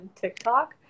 TikTok